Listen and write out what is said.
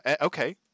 okay